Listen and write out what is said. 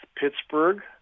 Pittsburgh